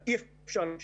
נתחיל